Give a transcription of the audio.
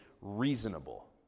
reasonable